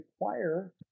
require